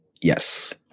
yes